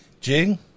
Jing